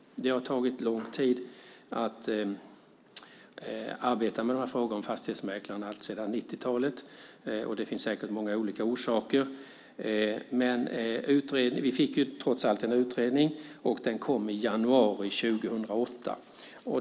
Man har arbetat med frågorna om fastighetsmäklarna sedan 90-talet. Det finns säkert många olika orsaker. Men vi fick trots allt en utredning, som kom i januari 2008.